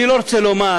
אני לא רוצה לומר